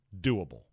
doable